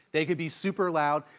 they can be super loud.